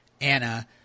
Anna